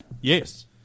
Yes